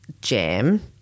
jam